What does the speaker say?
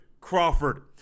Crawford